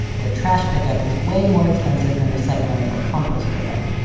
where trash pickup is way more expensive than recycling or compost pickup.